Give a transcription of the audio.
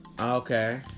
Okay